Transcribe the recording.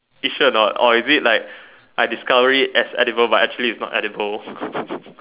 eh sure not or is it like I discover it as edible but actually is not edible